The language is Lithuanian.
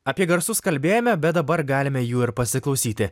apie garsus kalbėjome bet dabar galime jų ir pasiklausyti